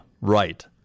right